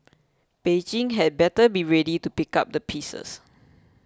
Beijing had better be ready to pick up the pieces